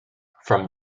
from